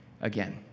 again